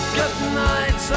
goodnight